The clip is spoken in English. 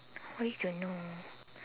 why you don't know